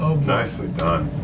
nicely done.